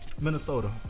Minnesota